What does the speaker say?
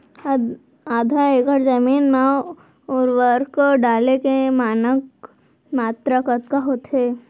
आधा एकड़ जमीन मा उर्वरक डाले के मानक मात्रा कतका होथे?